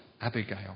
Abigail